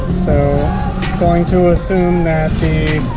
so going to assume that the